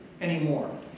anymore